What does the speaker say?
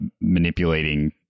manipulating